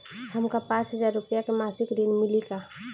हमका पांच हज़ार रूपया के मासिक ऋण मिली का?